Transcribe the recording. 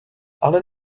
ale